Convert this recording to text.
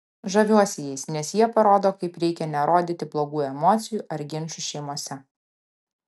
žaviuosi jais nes jie parodo kaip reikia nerodyti blogų emocijų ar ginčų šeimose